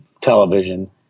television